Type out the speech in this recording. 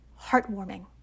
heartwarming